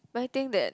but I think that